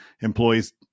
employees